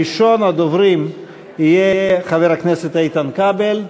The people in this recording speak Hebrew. ראשון הדוברים יהיה חבר הכנסת איתן כבל.